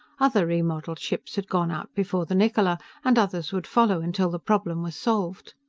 other remodeled ships had gone out before the niccola, and others would follow until the problem was solved.